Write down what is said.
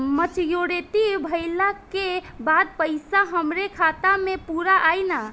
Maturity भईला के बाद पईसा हमरे खाता म पूरा आई न?